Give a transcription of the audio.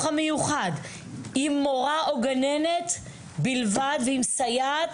המיוחד עם מורה או גננת בלבד ועם סייעת